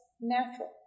natural